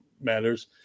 matters